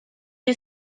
you